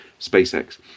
SpaceX